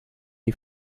die